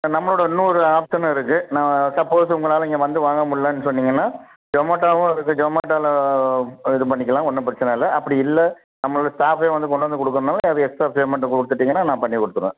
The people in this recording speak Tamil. நம்மளோட இன்னோரு ஆப்ஷனும் இருக்கு நான் சப்போஸ் உங்களால் இங்கே வந்து வாங்க முடிலன்னு சொன்னிங்கன்னா ஜொமோட்டோவும் இருக்கு ஜொமோட்டோவில இது பண்ணிக்கலாம் ஒன்றும் பிரச்சனை இல்லை அப்படி இல்லை நம்மளுடைய ஸ்டாஃப்பே கொண்டாந்து கொடுக்கணுன்னாலும் அது எக்ஸ்ட்ரா பேமெண்ட் கொடுத்துட்டீங்கன்னா நான் பண்ணிக் கொடுத்துருவேன்